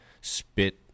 spit